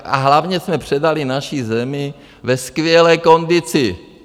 A hlavně jsme předali naši zemi ve skvělé kondici.